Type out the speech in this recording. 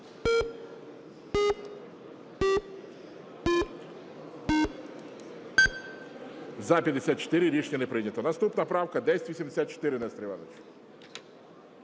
За-54 Рішення не прийнято. Наступна правка 1074, Нестор Іванович.